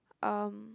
um